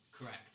Correct